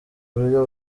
buryo